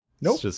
Nope